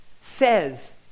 says